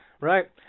right